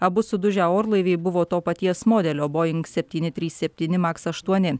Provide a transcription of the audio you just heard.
abu sudužę orlaiviai buvo to paties modelio boing septyni trys septyni maks aštuoni